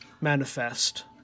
manifest